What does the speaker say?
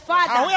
Father